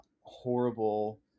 horrible